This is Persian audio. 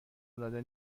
العاده